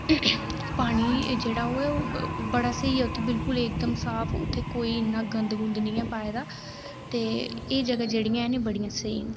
पानी जेह्ड़ा ओह् बिल्कुल स्हेई ऐ बिल्कुल साफ उत्थै कोई इन्ना गंद निं ऐ पाए दा ते एह् जगह जेह्ड़ियां हैन न एह् बड़ियां स्हेई न